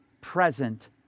present